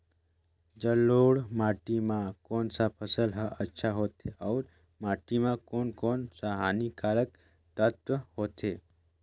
जलोढ़ माटी मां कोन सा फसल ह अच्छा होथे अउर माटी म कोन कोन स हानिकारक तत्व होथे?